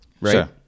Right